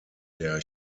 der